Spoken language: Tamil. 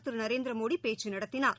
சீனா திருநரேந்திரமோடிபேச்சுநடத்தினார்